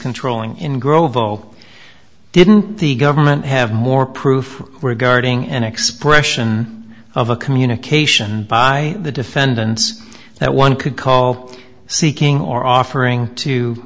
controlling engro vole didn't the government have more proof regarding an expression of a communication by the defendants that one could call seeking or offering to